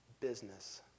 business